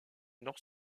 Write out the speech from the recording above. nord